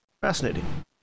Fascinating